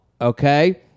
Okay